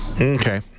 Okay